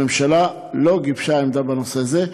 הממשלה לא גיבשה עמדה בנושא זה,